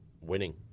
winning